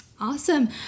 Awesome